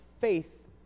faith